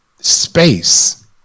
space